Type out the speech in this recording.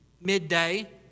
midday